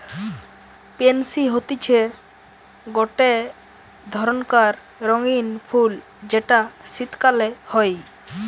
pansy হতিছে গটে ধরণকার রঙ্গীন ফুল যেটা শীতকালে হই